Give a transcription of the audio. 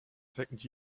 second